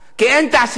כי אין תעשייה.